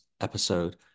episode